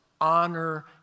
honor